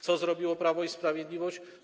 Co zrobiło Prawo i Sprawiedliwość?